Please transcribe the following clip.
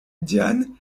diane